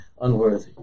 Unworthy